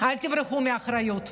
אל תברחו מאחריות.